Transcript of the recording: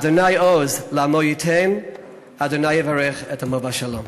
השם עוז לעמו ייתן השם יברך את עמו בשלום.